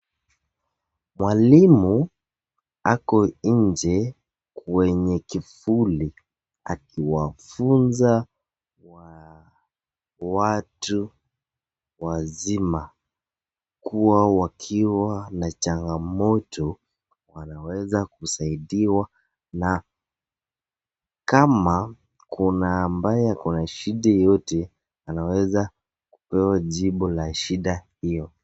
Mwalimu ako nje kwenye kivuli akiwafunza watu wazima, kuwa wakiwa na changamoto wanaweza kusaidiwa na, kama kuna ambaye ako na shida yoyote anaweza kupewa jibu la shida hiyo.